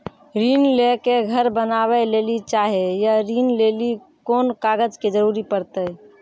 ऋण ले के घर बनावे लेली चाहे या ऋण लेली कोन कागज के जरूरी परतै?